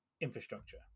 infrastructure